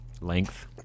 length